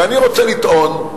ואני רוצה לטעון,